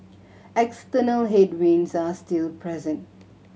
external headwinds are still present